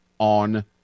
on